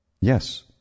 Yes